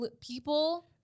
people